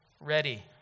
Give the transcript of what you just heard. ready